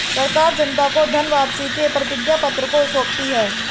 सरकार जनता को धन वापसी के प्रतिज्ञापत्र को सौंपती है